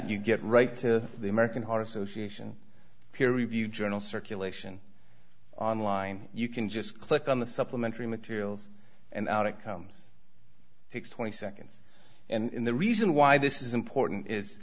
you get right to the american heart association peer reviewed journal circulation online you can just click on the supplementary materials and outcomes takes twenty seconds and the reason why this is important